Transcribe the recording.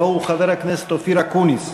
הלוא הוא חבר הכנסת אופיר אקוניס,